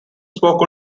spoke